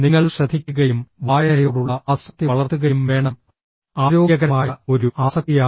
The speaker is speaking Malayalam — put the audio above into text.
നിങ്ങൾ ശ്രദ്ധിക്കുകയും വായനയോടുള്ള ആസക്തി വളർത്തുകയും വേണം ആരോഗ്യകരമായ ഒരു ആസക്തിയാണ്